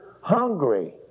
hungry